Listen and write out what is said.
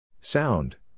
Sound